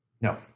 No